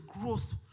growth